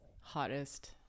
hottest